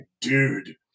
dude